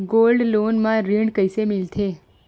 Gold loan म ऋण कइसे मिलथे?